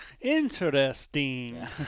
interesting